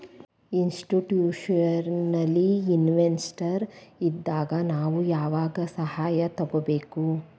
Institutional investors ಇಂದಾ ನಾವು ಯಾವಾಗ್ ಸಹಾಯಾ ತಗೊಬೇಕು?